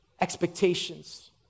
expectations